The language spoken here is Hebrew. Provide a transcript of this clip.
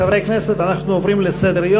חברי הכנסת, אנחנו עוברים לסדר-היום.